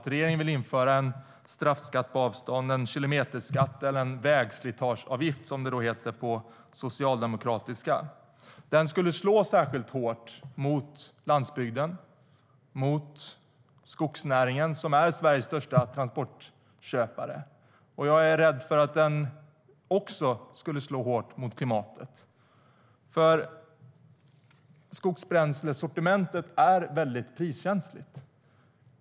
Regeringen vill införa en straffskatt på avstånd, en kilometerskatt, eller en vägslitageavgift som det heter på socialdemokratiska. Den skulle slå särskilt hårt mot landsbygden och skogsnäringen, som är Sveriges största transportköpare. Jag är rädd för att den också skulle slå hårt mot klimatet. Skogsbränslesortimentet är väldigt priskänsligt.